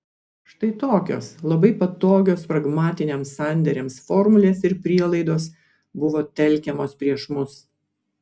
štai tokios labai patogios pragmatiniams sandėriams formulės ir prielaidos buvo telkiamos prieš mus